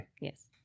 Yes